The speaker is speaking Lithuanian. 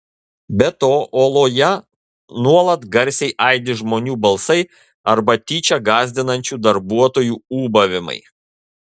be to oloje nuolat garsiai aidi žmonių balsai arba tyčia gąsdinančių darbuotojų ūbavimai